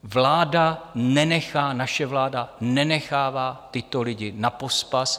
Vláda nenechá, naše vláda nenechává tyto lidi napospas.